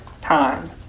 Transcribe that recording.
time